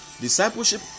discipleship